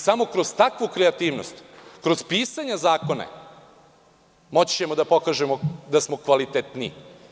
Samo kroz takvu kreativnost, kroz pisanje zakona moći ćemo da pokažemo da smo kvalitetniji.